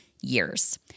years